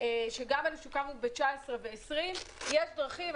שגם אם כמו ב-2019 ו-2020 יש דרכים,